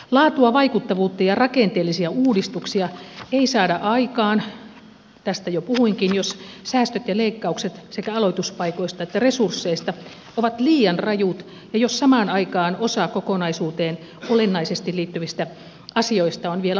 laatua vaikuttavuutta ja rakenteellisia uudistuksia ei saada aikaan tästä jo puhuinkin jos säästöt ja leikkaukset sekä aloituspaikoista että resursseista ovat liian rajut ja jos samaan aikaan osa kokonaisuuteen olennaisesti liittyvistä asioista on vielä auki